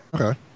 Okay